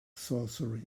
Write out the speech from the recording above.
sorcery